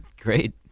Great